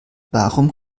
warum